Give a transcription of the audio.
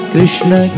Krishna